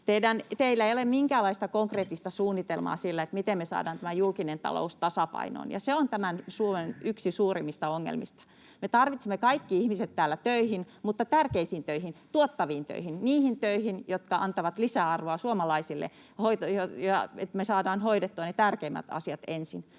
Teillä ei ole minkäänlaista konkreettista suunnitelmaa sille, miten me saadaan julkinen talous tasapainoon, ja se on yksi Suomen suurimmista ongelmista. Me tarvitsemme kaikki ihmiset täällä töihin, mutta tärkeisiin töihin, tuottaviin töihin, niihin töihin, jotka antavat lisäarvoa suomalaisille niin, että me saadaan hoidettua ne tärkeimmät asiat ensin.